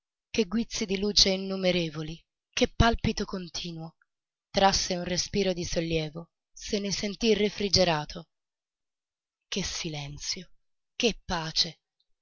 che guizzi di luce innumerevoli che palpito continuo trasse un respiro di sollievo se ne sentí refrigerato che silenzio che pace